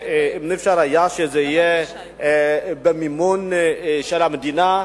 אם אפשר היה שזה יהיה במימון של המדינה,